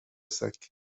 sac